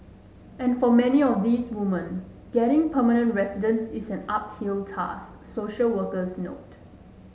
and for many of these women getting permanent residence is an uphill task social workers note